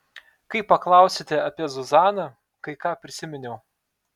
kai paklausėte apie zuzaną kai ką prisiminiau